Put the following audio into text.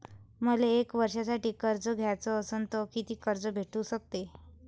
मले एक वर्षासाठी कर्ज घ्याचं असनं त कितीक कर्ज भेटू शकते?